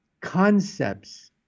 concepts